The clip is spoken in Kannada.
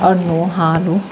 ಹಣ್ಣು ಹಾಲು